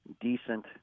decent